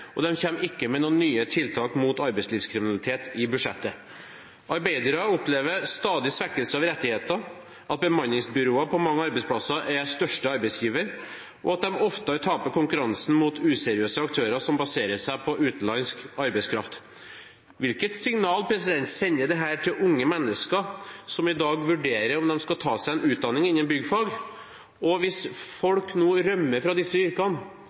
og de kommer ikke med noen nye tiltak i budsjettet mot arbeidslivskriminalitet. Arbeidere opplever stadig svekkelse av rettigheter, at bemanningsbyråer på mange arbeidsplasser er største arbeidsgiver, og at de ofte taper konkurransen mot useriøse aktører som baserer seg på utenlandsk arbeidskraft. Hvilket signal sender dette til unge mennesker som i dag vurderer om de skal ta seg en utdanning innen byggfag? Og hvis folk nå rømmer fra disse yrkene,